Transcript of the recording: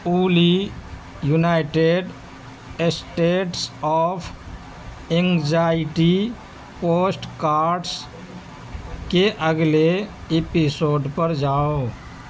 اولی United States of Anxiety podcast کے اگلے ایپیسوڈ پر جاؤ